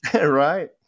Right